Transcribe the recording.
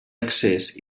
accés